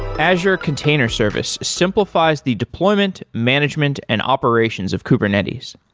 azure container service simplifies the deployment, management and operations of kubernetes.